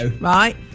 right